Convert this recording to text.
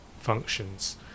functions